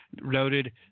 noted